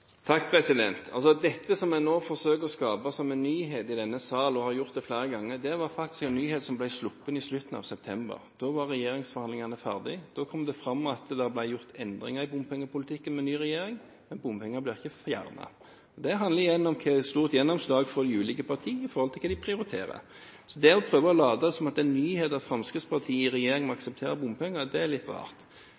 Dette som en nå forsøker å skape som en nyhet i denne sal, og som en har gjort flere ganger, var faktisk en nyhet som ble sluppet i slutten av september. Da var regjeringsforhandlingene ferdig, og da kom det fram at det ble gjort endringer i bompengepolitikken med ny regjering, men bompengene ble ikke fjernet. Det handler igjen om hvor stort gjennomslag de ulike partiene får i forhold til hva de prioriterer. Det å prøve å late som at det er en nyhet at Fremskrittspartiet i regjering